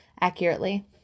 accurately